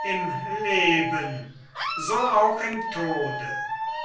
im leben so auch im tode